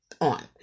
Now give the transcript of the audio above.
on